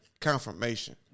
confirmation